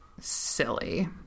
silly